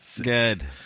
Good